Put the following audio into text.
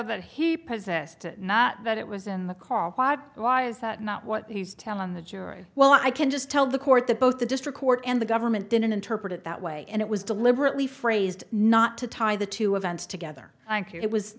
that he possessed it not that it was in the call why is that not what he's telling the jury well i can just tell the court that both the district court and the government didn't interpret it that way and it was deliberately phrased not to tie the two events together it was